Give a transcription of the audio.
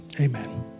Amen